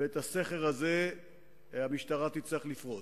ואת הסכר הזה המשטרה תצטרך לפרוץ.